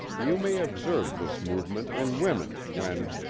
you may observe this movement in women when,